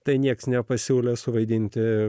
tai niekas nepasiūlė suvaidinti